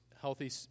Healthy